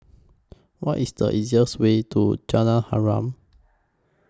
What IS The easiest Way to Jalan Harum